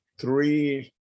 three